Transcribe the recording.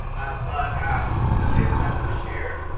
but um the list that we've shared,